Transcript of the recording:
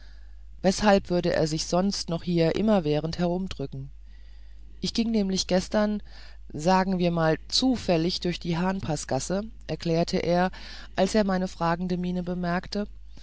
weshalb würde er sich sonst noch hier immerwährend herumdrücken ich ging nämlich gestern sagen wir mal zufällig durch die hahnpaßgasse erklarte er als er meine fragende miene bemerkte